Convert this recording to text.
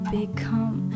become